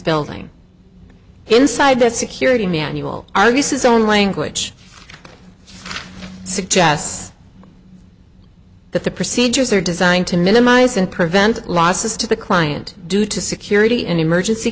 building inside the security manual argues his own language suggests that the procedures are designed to minimize and prevent losses to the client due to security and emergency